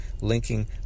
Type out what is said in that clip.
linking